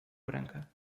branca